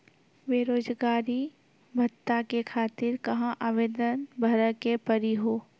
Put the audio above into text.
बेरोजगारी भत्ता के खातिर कहां आवेदन भरे के पड़ी हो?